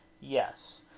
yes